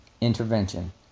Intervention